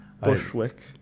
Bushwick